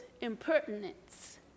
impertinence